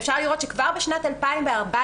ואפשר לראות שכבר בשנת 2014,